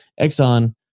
Exxon